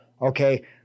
okay